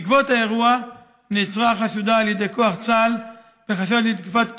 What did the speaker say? בעקבות האירוע נעצרה החשודה על ידי כוח צה"ל בחשד לתקיפת קצין,